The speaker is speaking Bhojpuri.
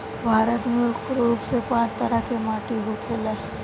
भारत में मुख्य रूप से पांच तरह के माटी होखेला